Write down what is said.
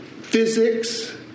physics